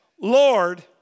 Lord